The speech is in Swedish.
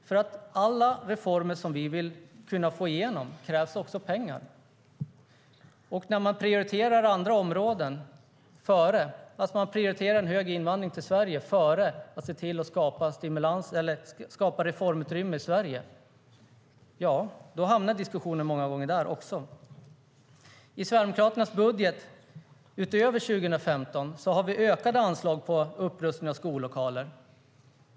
För alla de reformer som vi vill få igenom krävs pengar, och när man prioriterar andra områden - man prioriterar hög invandring före skapandet av reformutrymme i Sverige - ja, då hamnar diskussionen ofta där.I Sverigedemokraternas budget, utöver 2015, har vi ökade anslag för upprustning av skollokaler.